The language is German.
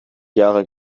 jahre